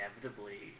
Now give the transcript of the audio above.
inevitably